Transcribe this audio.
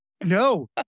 No